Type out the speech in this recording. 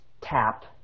tap